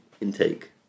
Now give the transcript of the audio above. intake